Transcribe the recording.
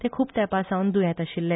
ते खूप तेपासावन दुयेत आशिल्ले